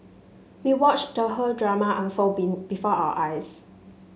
we watched the whole drama unfold being before our eyes